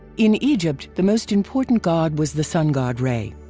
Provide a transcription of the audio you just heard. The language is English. in egypt, the most important god was the sun god re.